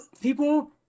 people